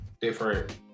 different